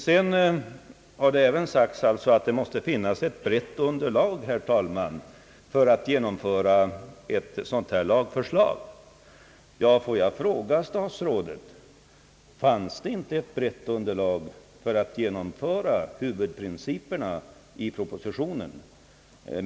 Det har också sagts att det måste finnas ett brett underlag, herr talman, för att man skall kunna genomföra ett sådant här lagförslag. Får jag fråga statsrådet: Fanns det inte ett brett underlag för att genomföra huvudprinciperna i propositionen?